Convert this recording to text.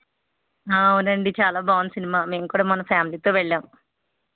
అవునండి చాలా బోంది సినిమా మేము కూడా మొన్న ఫ్యామిలీతో వెళ్ళాము